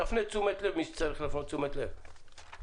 תפנה תשומת לבו של מי שצריך להפנות את תשומת לבו לכך.